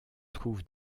trouve